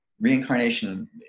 reincarnation